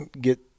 get